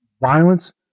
violence